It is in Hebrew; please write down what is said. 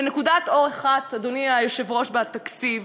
ונקודת אור אחת, אדוני היושב-ראש, בתקציב,